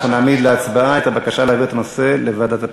אבל אני מצטרף לבקשתו של חבר הכנסת יוגב.